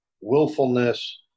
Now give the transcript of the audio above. willfulness